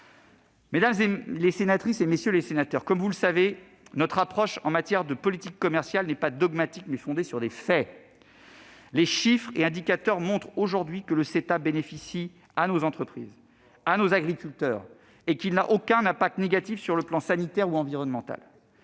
Mesdames les sénatrices, messieurs les sénateurs, comme vous le savez, notre approche en matière de politique commerciale n'est pas dogmatique, mais fondée sur des faits. Les chiffres et indicateurs montrent aujourd'hui que le CETA bénéficie à nos entreprises, à nos agriculteurs, et qu'il n'a aucun impact négatif sur le plan sanitaire ou environnemental.